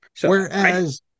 Whereas